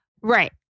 Right